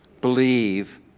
believe